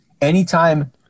anytime